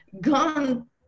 gone